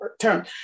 term